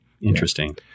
Interesting